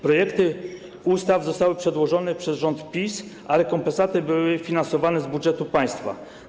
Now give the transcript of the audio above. Projekty ustaw zostały przedłożone przez rząd PiS, a rekompensaty były finansowane z budżetu państwa.